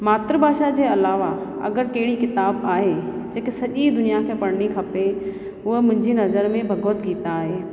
मातृभाषा जे अलावा अगरि कहिड़ी किताबु आहे जेकी सॼी दुनिया खे पढ़िणी खपे हुअ मुंहिंजी नज़र में भॻवत गीता आहे